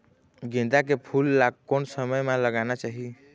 गेंदा के फूल ला कोन समय मा लगाना चाही?